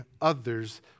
others